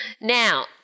Now